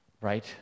right